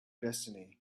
destiny